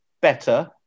better